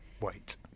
wait